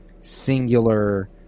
singular